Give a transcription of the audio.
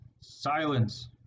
Silence